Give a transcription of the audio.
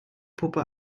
puppe